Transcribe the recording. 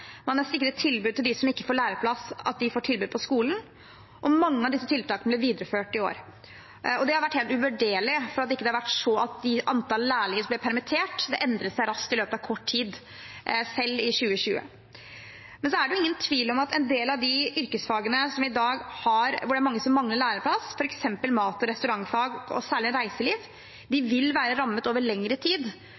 Man har sikret tilbud til dem som ikke får læreplass. De fikk tilbud på skolen, og mange av disse tiltakene ble videreført i år. Det har vært helt uvurderlig for antall lærlinger som ble permittert, endret seg ikke raskt i løpet av kort tid, selv i 2020. Men det er ingen tvil om at en del av de yrkesfagene hvor det er mange som mangler læreplass, f.eks. mat- og restaurantfag og særlig reiseliv, vil være rammet over lengre tid. Spørsmålet er: Hva gjør vi for de